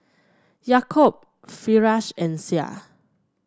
Yaakob Firash and Syah